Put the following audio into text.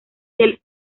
del